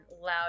loud